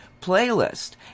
playlist